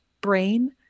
brain